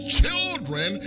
children